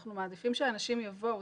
אנחנו מעדיפים שאנשים יבואו,